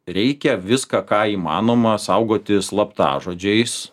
reikia viską ką įmanoma saugoti slaptažodžiais